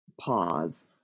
Pause